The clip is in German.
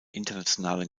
internationalen